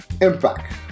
Impact